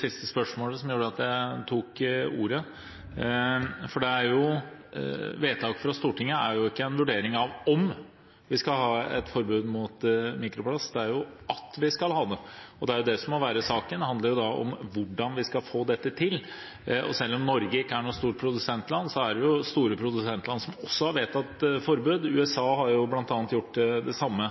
siste spørsmålet som gjorde at jeg tok ordet, for vedtaket fra Stortinget er ikke en vurdering av om vi skal ha et forbud mot mikroplast, det er at vi skal ha det, og det er det som må være saken. Det handler om hvordan vi skal få dette til. Selv om Norge ikke er noe stort produsentland, har også store produsentland vedtatt et forbud. USA har bl.a. gjort det samme,